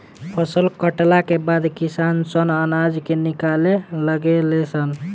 फसल कटला के बाद किसान सन अनाज के निकाले लागे ले सन